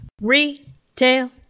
retail